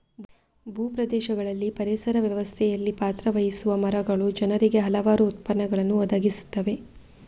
ಭೂ ಪ್ರದೇಶಗಳಲ್ಲಿ ಪರಿಸರ ವ್ಯವಸ್ಥೆಯಲ್ಲಿ ಪಾತ್ರ ವಹಿಸುವ ಮರಗಳು ಜನರಿಗೆ ಹಲವಾರು ಉತ್ಪನ್ನಗಳನ್ನು ಒದಗಿಸುತ್ತವೆ